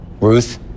Ruth